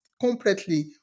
completely